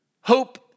Hope